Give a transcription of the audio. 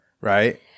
right